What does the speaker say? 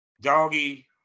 Doggy